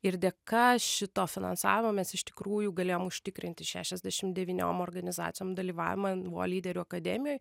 ir dėka šito finansavimo mes iš tikrųjų galėjom užtikrinti šešiasdešimt devyniom organizacijom dalyvavimą nvo lyderių akademijoj